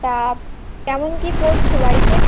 তা কেমন কী পড়ছ বাড়িতে